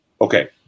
okay